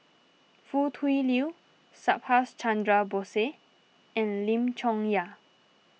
Foo Tui Liew Subhas Chandra Bose and Lim Chong Yah